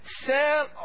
Sell